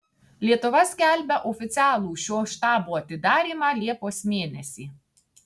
lietuva skelbia oficialų šio štabo atidarymą liepos mėnesį